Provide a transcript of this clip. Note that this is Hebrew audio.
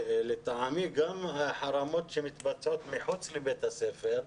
לטעמי גם החרמות שמתבצעות מחוץ לבית הספר,